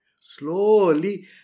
slowly